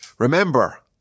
Remember